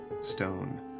stone